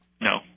No